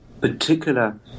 particular